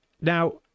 Now